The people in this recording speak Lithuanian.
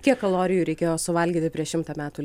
kiek kalorijų reikėjo suvalgyti prieš šimtą metų